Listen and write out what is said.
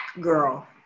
girl